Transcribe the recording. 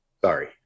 Sorry